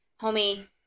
Homie